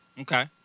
Okay